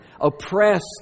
oppressed